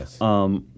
Yes